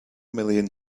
million